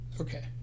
Okay